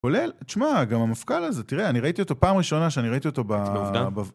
כולל, תשמע, גם המפכ"ל הזה, תראה, אני ראיתי אותו פעם ראשונה שאני ראיתי אותו בעובדה.